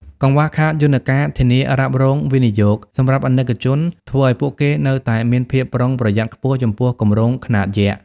កង្វះខាតយន្តការ "ធានារ៉ាប់រងវិនិយោគ" សម្រាប់អាណិកជន ធ្វើឱ្យពួកគេនៅតែមានភាពប្រុងប្រយ័ត្នខ្ពស់ចំពោះគម្រោងខ្នាតយក្ស។